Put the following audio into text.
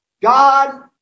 God